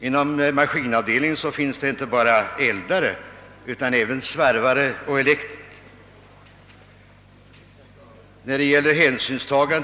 Inom maskinavdelningen finns det vidare inte bara eldare utan även svarvare och elektriker.